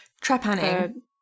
trepanning